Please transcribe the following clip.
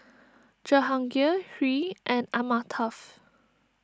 Jehangirr Hri and Amitabh